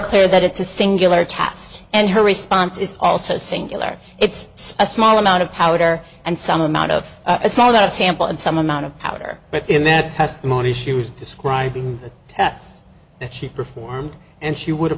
clear that it's a singular tast and her response is also singular it's a small amount of powder and some amount of a small that sample and some amount of powder in that testimony she was describing the test that she performed and she would have